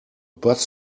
bus